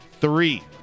three